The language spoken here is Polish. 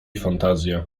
fantazja